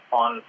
on